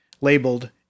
labeled